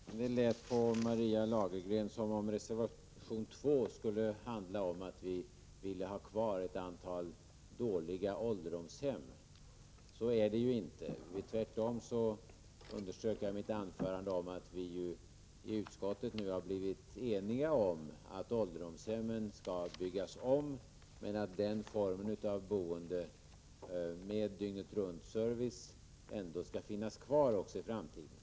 Herr talman! Det lät på Maria Lagergren som om reservation 2 skulle handla om att vi vill ha kvar ett antal dåliga ålderdomshem. Så är det ju inte. Tvärtom underströk jag i mitt anförande att vi i utskottet nu blivit eniga om att ålderdomshemmen skall byggas om men att den formen av boende med dygnet-runt-service ändå skall finnas kvar i framtiden.